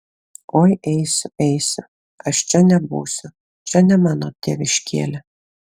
oi eisiu eisiu aš čia nebūsiu čia ne mano tėviškėlė